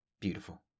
Beautiful